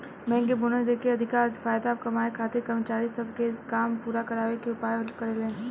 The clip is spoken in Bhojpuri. बैंक बोनस देके अधिका फायदा कमाए खातिर कर्मचारी सब से काम पूरा करावे के उपाय करेले